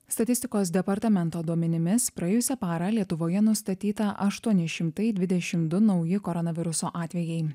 statistikos departamento duomenimis praėjusią parą lietuvoje nustatyta aštuoni šimtai dvidešim du nauji koronaviruso atvejai